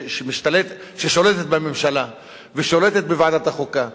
ששולטת בממשלה ושולטת בוועדת החוקה.